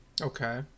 Okay